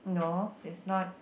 no is not